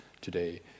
today